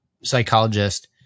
psychologist